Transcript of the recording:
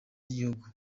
ry’igihugu